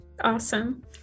Awesome